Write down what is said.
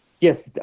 Yes